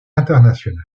international